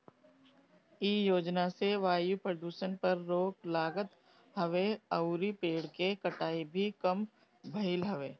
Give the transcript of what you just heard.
इ योजना से वायु प्रदुषण पे रोक लागत हवे अउरी पेड़ के कटाई भी कम भइल हवे